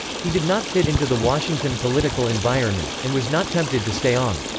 he did not fit into the washington political environment, and was not tempted to stay on.